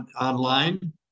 online